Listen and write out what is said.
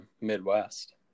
Midwest